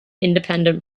independent